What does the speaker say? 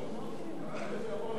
נתקבל.